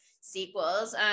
sequels